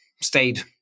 stayed